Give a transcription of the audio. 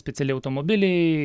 speciali automobiliai